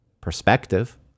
perspective